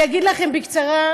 אני אגיד לכם בקצרה,